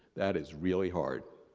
that is really hard.